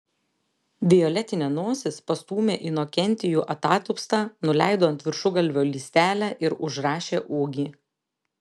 violetinė nosis pastūmė inokentijų atatupstą nuleido ant viršugalvio lystelę ir užrašė ūgį